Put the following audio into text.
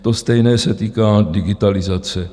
To stejné se týká digitalizace.